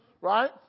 Right